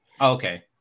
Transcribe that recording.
Okay